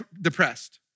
depressed